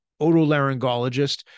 otolaryngologist